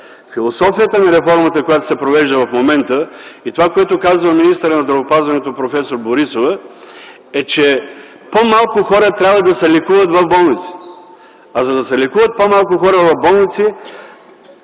Философията на реформата, която се провежда в момента, и това, което казва министърът на здравеопазването проф. Борисова, е, че по-малко хора трябва да се лекуват в болниците. А за да се лекуват по-малко хора в болници,